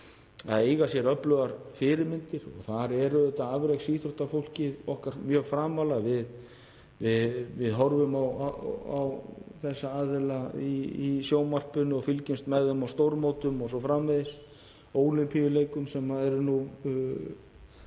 ungmenni að eiga sér öflugar fyrirmyndir. Þar er auðvitað afreksíþróttafólkið okkar mjög framarlega. Við horfum á þessa aðila í sjónvarpinu og fylgjumst með þeim á stórmótum o.s.frv., á Ólympíuleikum sem eru nú